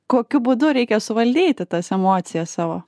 kokiu būdu reikia suvaldyti tas emocijas savo